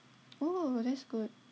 oo that's good